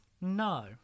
No